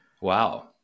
Wow